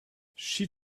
she